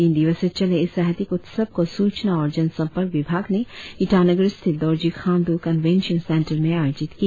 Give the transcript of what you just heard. तीन दिवसीय चले इस साहित्यिक उत्सव को सूचना और जनसंपर्क विभाग ने ईटानगर स्थित दोरजी खाण्डू कंवेंशन सेंटर में आयोजित किया